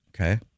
Okay